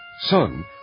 Son